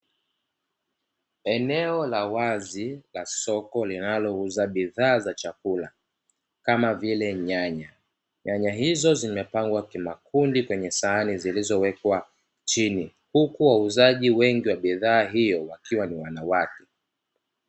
Eneo la wazi la soko linalouza bidhaa za chakula, kama vile nyanya. Nyanya hizo zimepangwa kimakundi kwenye sahani zilizowekwa chini huku wauzaji wengi wa bidhaa hiyo wakiwa ni wanawake.